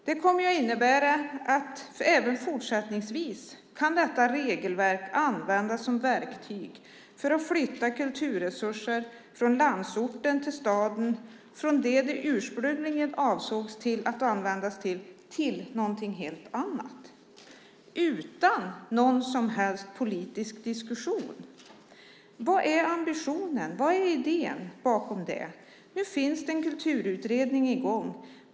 Det kommer att innebära att detta regelverk även fortsättningsvis kan användas som verktyg för att flytta kulturresurser från landsorten till staden, från det de ursprungligen avsågs att användas för till någonting helt annat utan någon som helst politisk diskussion. Vad är ambitionen, vad är idén bakom det? Nu är en kulturutredning i gång.